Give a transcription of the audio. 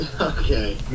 Okay